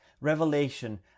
revelation